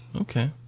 Okay